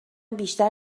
بیشتر